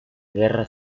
guerra